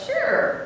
Sure